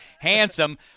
Handsome